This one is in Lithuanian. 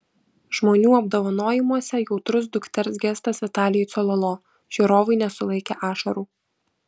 žmonių apdovanojimuose jautrus dukters gestas vitalijui cololo žiūrovai nesulaikė ašarų